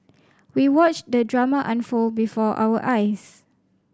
we watched the drama unfold before our eyes